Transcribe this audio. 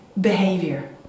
behavior